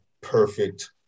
perfect